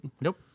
Nope